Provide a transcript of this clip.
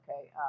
okay